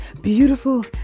beautiful